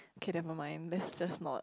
okay never mind let's just not